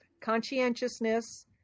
conscientiousness